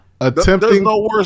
Attempting